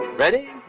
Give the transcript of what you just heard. ready?